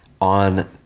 on